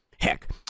Heck